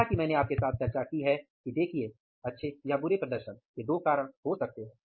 जैसा की मैंने आपके साथ चर्चा की है कि देखिये अच्छे या बुरे प्रदर्शन के दो प्रकार के कारण हो सकते हैं